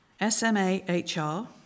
SMAHR